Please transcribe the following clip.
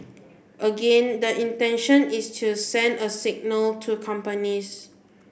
again the intention is to send a signal to companies